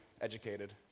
educated